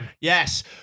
Yes